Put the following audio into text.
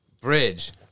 bridge